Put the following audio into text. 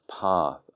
path